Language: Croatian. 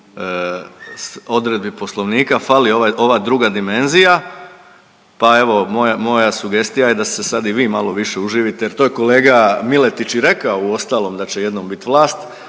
odredbi Poslovnika fali ova druga dimenzija. Pa evo moja sugestija je da se sad i vi malo više uživite jer to je kolega Miletić i rekao uostalom da će jednom bit vlast